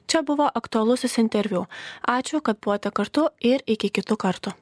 čia buvo aktualusis interviu ačiū kad buvote kartu ir iki kitų kartų